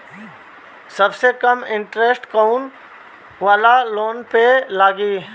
सबसे कम इन्टरेस्ट कोउन वाला लोन पर लागी?